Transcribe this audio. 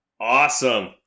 Awesome